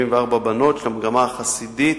74 בנות במגמה החסידית